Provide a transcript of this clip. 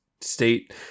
state